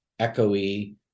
echoey